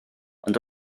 ond